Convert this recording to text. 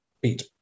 Beat